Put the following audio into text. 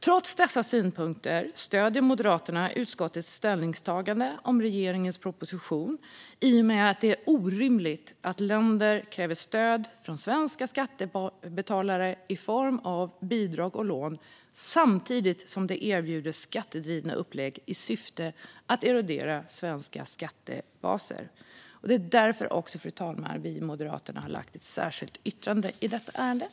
Trots dessa synpunkter stöder Moderaterna utskottets ställningstagande om regeringens proposition i och med att det är orimligt att länder kräver stöd från svenska skattebetalare i form av bidrag och lån samtidigt som de erbjuder skattedrivna upplägg i syfte att erodera svenska skattebaser. Det är också därför som Moderaterna, fru talman, har lämnat in ett särskilt yttrande i ärendet.